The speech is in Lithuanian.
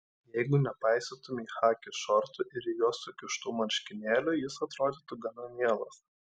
jeigu nepaisytumei chaki šortų ir į juos sukištų marškinėlių jis atrodytų gana mielas